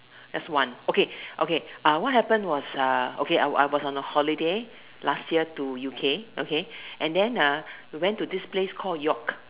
that's one okay okay uh what happened was uh okay I was on a holiday last year to U_K okay and then ah we went to this place called York